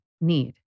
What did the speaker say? need